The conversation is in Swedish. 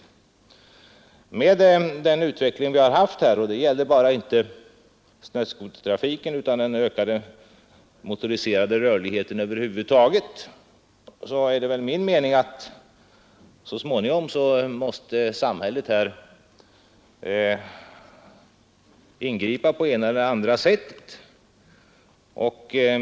Med den utveckling vi har haft här — och detta gäller inte bara snöskotertrafiken, utan även den ökade motoriserade rörligheten över huvud taget — måste samhället enligt min mening så småningom ingripa på ett eller annat sätt.